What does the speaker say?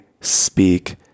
speak